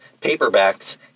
paperbacks